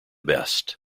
best